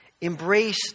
Embrace